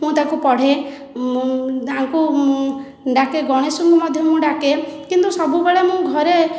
ମୁଁ ତାକୁ ପଢ଼େ ଡାକେ ଗଣେଶଙ୍କୁ ମଧ୍ୟ ମୁଁ ଡାକେ କିନ୍ତୁ ସବୁବେଳେ ମୁଁ ଘରେ